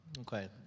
Okay